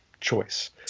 choice